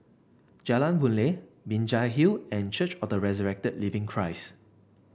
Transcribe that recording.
Jalan Boon Lay Binjai Hill and Church of the Resurrected Living Christ